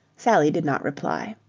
sally did not reply.